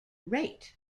rate